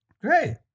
Great